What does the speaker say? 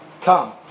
Come